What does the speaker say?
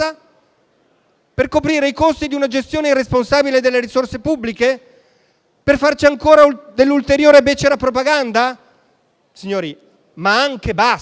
Per coprire i costi di una gestione irresponsabile delle risorse pubbliche? Per farci ancora dell'ulteriore e becera propaganda? Signori, ma anche basta!